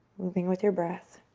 moving with your breath.